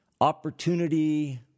Opportunity